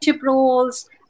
roles